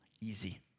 easy